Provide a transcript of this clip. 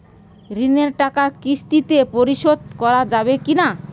ঋণের টাকা কিস্তিতে পরিশোধ করা যাবে কি না?